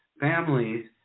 families